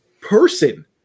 person